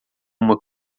uma